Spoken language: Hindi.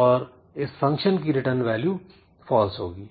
और इस फंक्शन की रिटर्न वैल्यू फॉल्स होगी